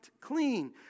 clean